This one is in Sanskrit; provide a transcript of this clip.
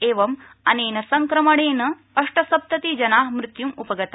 वि अनेन संक्रमणेन अष्टसप्तति जना मृत्युम् उपगता